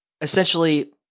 essentially